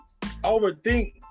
overthink